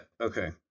okay